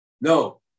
No